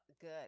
good